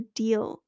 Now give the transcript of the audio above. deal